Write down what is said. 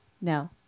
No